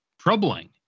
troubling